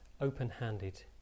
open-handed